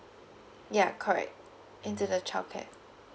ya correct into the childcare